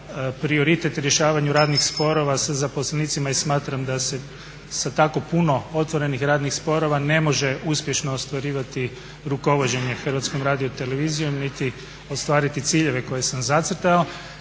prioritet rješavanju radnih sporova sa zaposlenicima i smatram da se sa tako puno otvorenih radnih sporova ne može uspješno ostvarivati rukovođenje Hrvatskom radiotelevizijom niti ostvariti ciljeve koje sam zacrtao.